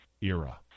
era